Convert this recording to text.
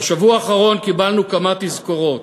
בשבוע האחרון קיבלנו כמה תזכורות.